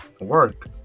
work